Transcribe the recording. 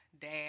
Dad